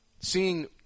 seeing